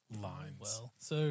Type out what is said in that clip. Lines